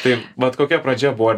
taip vat kokia pradžia buvo